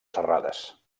serrades